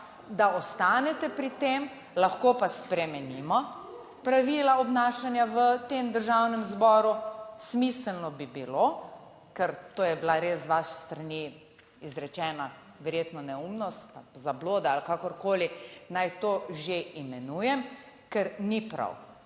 da ostanete pri tem, lahko pa spremenimo pravila obnašanja v tem Državnem zboru. Smiselno bi bilo, ker to je bila res z vaše strani izrečena verjetno neumnost, zabloda ali kakorkoli naj to že imenujem, ker ni prav.